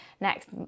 next